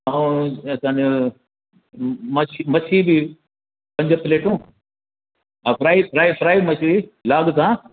ऐं असांजो मच्छी बि पंज प्लेटूं ऐं फ्राइ फ्राइ फ्राए मछ्ली लाग सां